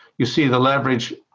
you see the leverage,